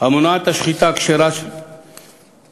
המונעת את השחיטה הכשרה בשטחה.